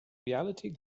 reality